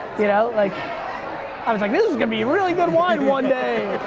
you know, like i was like, this is gonna be really good wine one day.